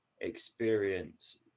experience